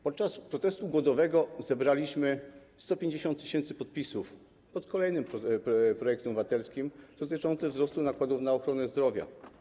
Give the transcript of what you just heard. Podczas protestu głodowego zebraliśmy 150 tys. podpisów pod kolejnym projektem obywatelskim dotyczącym wzrostu nakładów na ochronę zdrowa.